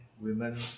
women